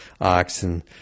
oxen